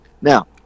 now